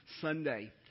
Sunday